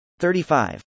35